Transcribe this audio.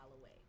away